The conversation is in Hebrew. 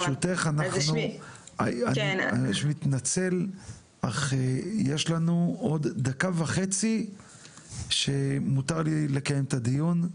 אני מתנצל אבל יש לנו עוד דקה וחצי שמותר לקיים את הדיון,